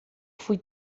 foi